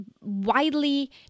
widely